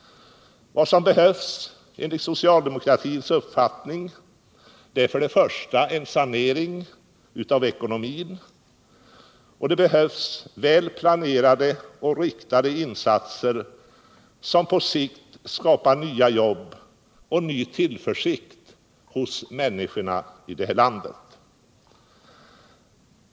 Vad som enligt socialdemokratins uppfattning behövs är först och främst en sanering av ekonomin liksom väl planerade och riktade insatser som på sikt skapar nya jobb och ny tillförsikt hos människorna i det här landet.